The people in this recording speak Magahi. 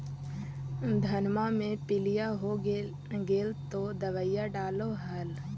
धनमा मे पीलिया हो गेल तो दबैया डालो हल?